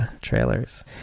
trailers